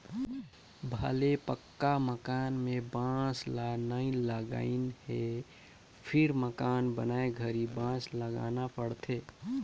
भले पक्का मकान में बांस ल नई लगईंन हे फिर मकान बनाए घरी बांस लगाना पड़थे